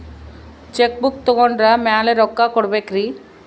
Check book ತೊಗೊಂಡ್ರ ಮ್ಯಾಲೆ ರೊಕ್ಕ ಕೊಡಬೇಕರಿ?